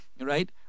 right